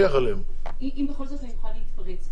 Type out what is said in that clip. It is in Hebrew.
אם בכל זאת אני אוכל להתפרץ.